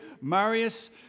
Marius